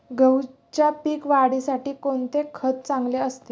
गहूच्या पीक वाढीसाठी कोणते खत चांगले असते?